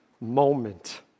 moment